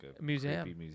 museum